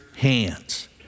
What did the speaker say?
Hands